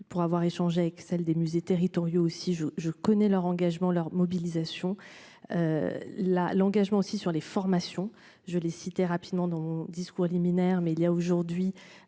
pour avoir échangé avec celle des musées territoriaux aussi je je connais leur engagement, leur mobilisation. La l'engagement aussi sur les formations je l'ai cité rapidement dont discours liminaire mais il y a aujourd'hui